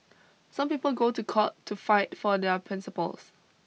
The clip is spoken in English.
some people go to court to fight for their principles